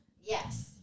Yes